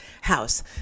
house